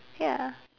ya